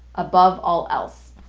above all else.